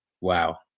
Wow